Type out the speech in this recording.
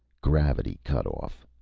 gravity cut off!